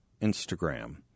Instagram